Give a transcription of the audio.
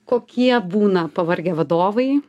kokie būna pavargę vadovai